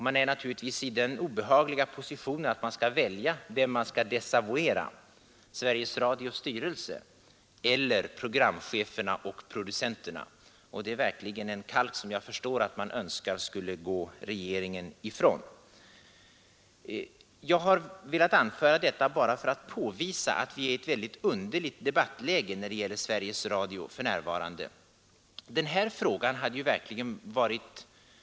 Man är naturligtvis i den obehagliga positionen att man skall välja vem man skall desavuera — Sveriges Radios styrelse eller programcheferna och producenterna. Det är verkligen en kalk som jag förstår att regeringens ledamöter önskar skulle gå ifrån dem. Jag har velat anföra detta bara för att påvisa att vi är i ett väldigt underligt debattläge för närvarande när det gäller Sveriges Radio.